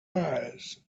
eyes